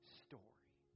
story